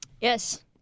Yes